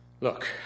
Look